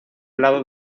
lado